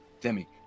Demi